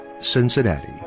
Cincinnati